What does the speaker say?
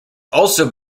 also